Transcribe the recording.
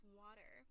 water